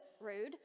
rude